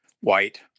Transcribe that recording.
white